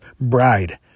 bride